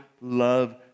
love